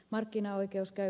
markkinaoikeus käy